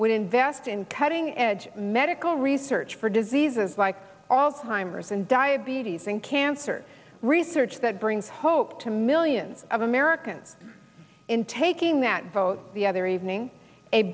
would invest in cutting edge medical research for diseases like all timers and diabetes and cancer research that brings hope to millions of americans in taking that vote the other evening a